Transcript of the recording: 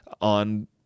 on